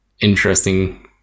interesting